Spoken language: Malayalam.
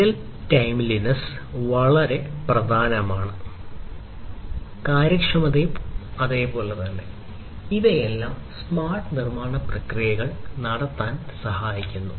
റിയൽ ടൈംലിനെസ്സ് വളരെ പ്രധാനമാണ് കാര്യക്ഷമത വളരെ പ്രധാനമാണ് ഇവയെല്ലാം സ്മാർട്ട് നിർമ്മാണ പ്രക്രിയകൾ നടത്താൻ സഹായിക്കുന്നു